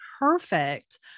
perfect